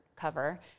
cover